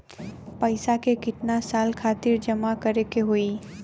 पैसा के कितना साल खातिर जमा करे के होइ?